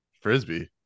Frisbee